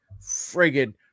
friggin